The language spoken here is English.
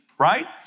right